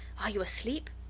are you asleep?